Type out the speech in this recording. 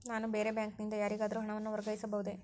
ನಾನು ಬೇರೆ ಬ್ಯಾಂಕ್ ನಿಂದ ಯಾರಿಗಾದರೂ ಹಣವನ್ನು ವರ್ಗಾಯಿಸಬಹುದೇ?